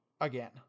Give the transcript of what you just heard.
again